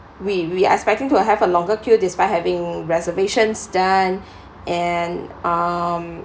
we we expecting to have a longer queue despite having reservations done and um